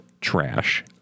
trash